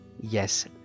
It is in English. Yes